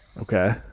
Okay